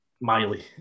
Miley